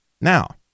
Now